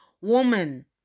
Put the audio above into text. woman